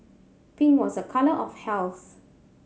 pink was a colour of health